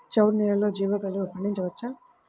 చవుడు నేలలో జీలగలు పండించవచ్చా?